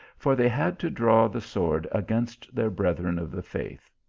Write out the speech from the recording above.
for they had to draw the sword against their brethren of the faith.